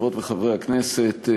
חברות וחברי הכנסת,